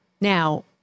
Now